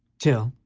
till,